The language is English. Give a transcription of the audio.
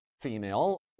female